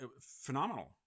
Phenomenal